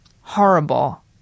horrible